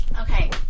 Okay